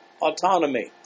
Autonomy